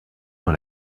dans